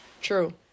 True